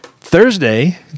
Thursday